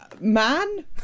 man